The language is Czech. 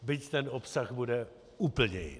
Byť ten obsah bude úplně jiný.